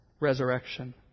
resurrection